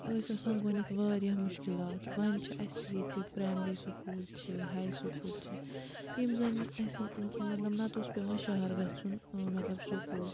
ٲسۍ آسان گۄڈٕنیٚتھ واریاہ مشکلات وۄنۍ چھِ اسہِ تہِ ییٚتہِ پرٛایمری سکوٗل چھِ ہاے سکوٗل چھِ یِم زَن اسہِ مطلب نَہ تہٕ اوس پیٚوان شہر گَژھُن ٲں مطلب سکوٗل